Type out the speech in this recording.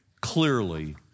Clearly